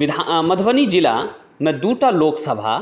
विधान मधुबनी जिलामे दू टा लोकसभा